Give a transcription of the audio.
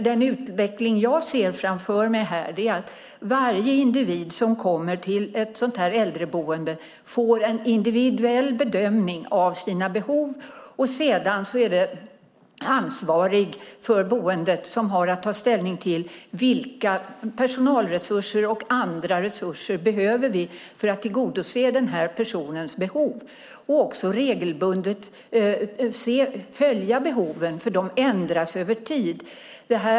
Den utveckling jag ser framför mig är att varje individ som kommer till ett sådant här äldreboende får en individuell bedömning av sina behov, och sedan är det ansvarig för boendet som har att ta ställning till vilka personalresurser och andra resurser som behövs för att tillgodose den här personens behov och regelbundet följa behoven eftersom de ändras över tid.